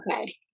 okay